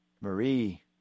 Marie